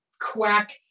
quack